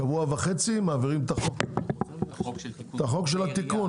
שבוע וחצי מעבירים את החוק של התיקון,